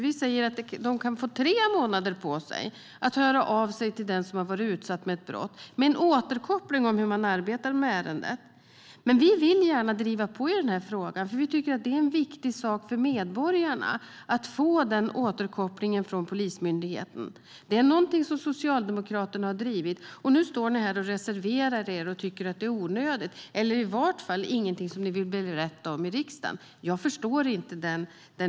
Vi säger att de kan få tre månader på sig att höra av sig till den som har varit utsatt för ett brott med en återkoppling om hur man arbetar med ärendet. Men vi vill gärna driva på i frågan. Det är viktigt för medborgarna att få den återkopplingen från Polismyndigheten. Det är någonting som Socialdemokraterna har drivit. Nu står ni här och reserverar er och tycker att det är onödigt eller i varje fall inget som ni vill berätta om i riksdagen. Jag förstår inte den logiken.